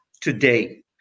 today